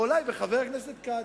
או אולי בחבר הכנסת כץ.